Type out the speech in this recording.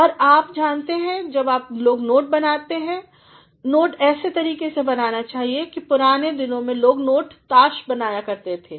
और आप जानते हैं जब लोग नोट बनाते हैं नोट ऐसे तरीके से बनने चाहिए पुराने दिनों में लोग नोट ताश बनाया करते थे